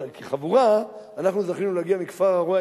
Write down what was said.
אבל כחבורה אנחנו זכינו להגיע לכפר-הרא"ה,